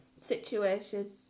situation